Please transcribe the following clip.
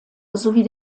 sowie